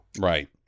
Right